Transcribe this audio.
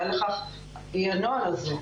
הראייה לכך היא הנוהל הזה.